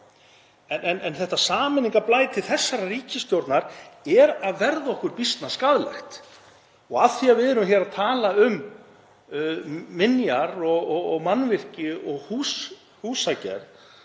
En sameiningarblæti þessarar ríkisstjórnar er að verða okkur býsna skaðlegt. Af því að við erum hér að tala um minjar, mannvirki og húsagerð